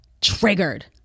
Triggered